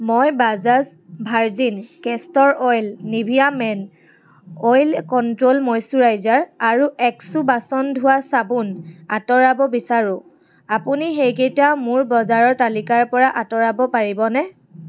মই Bajaj virgin castor oil Nivea men oil control moisturiser আৰু Exo বাচন ধোৱা চাবোন আঁতৰাব বিচাৰো আপুনি সেইকেইটা মোৰ বজাৰৰ তালিকাৰ পৰা আঁতৰাব পাৰিবনে